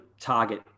target